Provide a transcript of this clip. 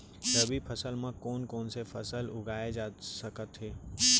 रबि फसल म कोन कोन से फसल उगाए जाथे सकत हे?